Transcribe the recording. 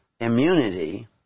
immunity